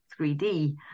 3D